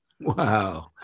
wow